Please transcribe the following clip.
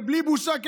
ובלי בושה,